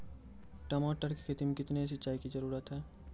टमाटर की खेती मे कितने सिंचाई की जरूरत हैं?